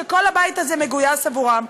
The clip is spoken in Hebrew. שכל הבית הזה מגויס עבורם,